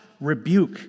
rebuke